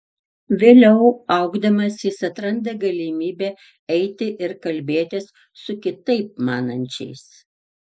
vėliau augdamas jis atranda galimybę eiti ir kalbėtis su kitaip manančiais